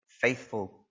faithful